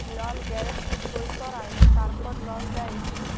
লল গ্যারান্টি সই কঁরায় তারপর লল দেই